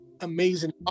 amazing